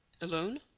Alone